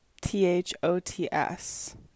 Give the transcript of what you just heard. t-h-o-t-s